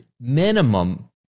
minimum